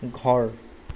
ঘৰ